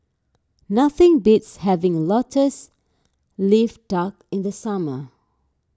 nothing beats having Lotus Leaf Duck in the summer